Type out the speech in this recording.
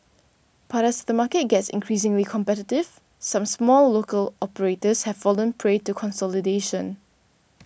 but as the market gets increasingly competitive some small local operators have fallen prey to consolidation